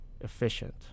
efficient